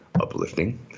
uplifting